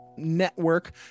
Network